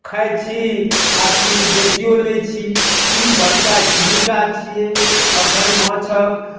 खाइत छी आ किछु बेचिओ लैत छी ई बड़का जीविका छियै एखन माछक